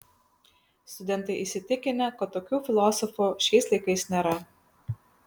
studentai įsitikinę kad tokių filosofų šiais laikais nėra